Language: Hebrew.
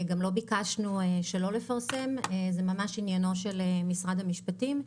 גם לא ביקשנו שלא לפרסם זה ממש עניינו של משרד המשפטים.